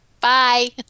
Bye